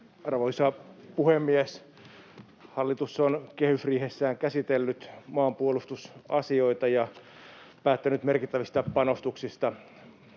Arvoisa puhemies! Hallitus on kehysriihessään käsitellyt maanpuolustusasioita ja päättänyt merkittävistä panostuksista